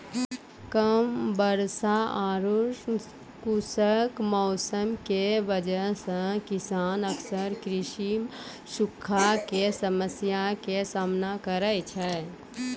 कम वर्षा आरो खुश्क मौसम के वजह स किसान अक्सर कृषि मॅ सूखा के समस्या के सामना करै छै